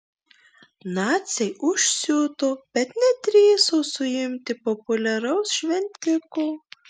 naciai užsiuto bet nedrįso suimti populiaraus šventiko